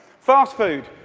fast food.